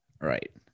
right